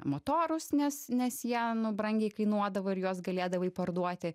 motorus nes nes jie nu brangiai kainuodavo ir juos galėdavai parduoti